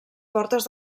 portes